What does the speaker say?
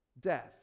death